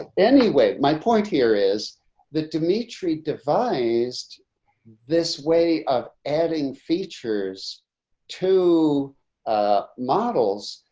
and anyway, my point here is that dmitry devised this way of adding features to ah models,